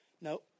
no